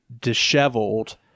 disheveled